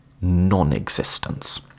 non-existence